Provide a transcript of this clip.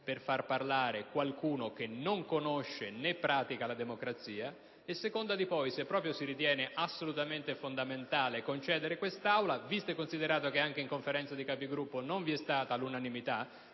per far parlare qualcuno che non conosce né pratica la democrazia. Se si ritiene assolutamente fondamentale concedere quest'Aula, visto e considerato che anche nella Conferenza dei Capigruppo non vi è stata l'unanimità,